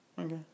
Okay